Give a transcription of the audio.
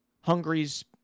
Hungary's